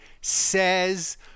says